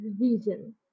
reason